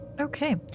Okay